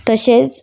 तशेंच